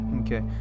Okay